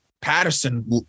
Patterson